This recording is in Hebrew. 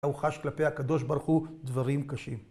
הוא חש כלפי הקדוש ברוך הוא דברים קשים